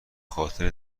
خاطر